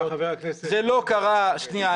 זה לא קרה ------ חבר הכנסת --- שניה,